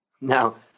Now